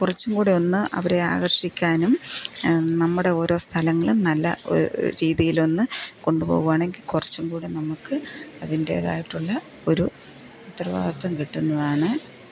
കുറച്ചും കൂടെ ഒന്ന് അവരെ ആകർഷിക്കാനും നമ്മുടെ ഓരോ സ്ഥലങ്ങളും നല്ല രീതിയിൽ ഒന്ന് കൊണ്ടുപോകുവാണെങ്കിൽ കുറച്ചും കൂടെ നമുക്ക് അതിൻ്റേതായിട്ടുള്ള ഒരു ഉത്തരവാദിത്വം കിട്ടുന്നതാണ്